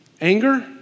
anger